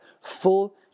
full